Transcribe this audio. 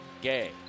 Gay